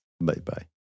bye-bye